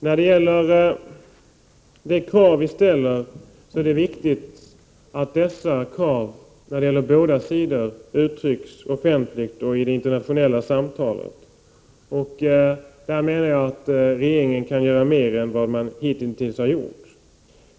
När det gäller våra krav är det viktigt — och det gäller båda sidorna — att dessa uttrycks offentligt vid de internationella samtalen. Här menar jag att regeringen kan göra mer än den hittills har gjort.